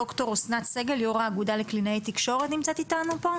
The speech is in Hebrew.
ד"ר אסנת סגל יו"ר האגודה לקלינאי תקשורת נמצאת איתנו פה?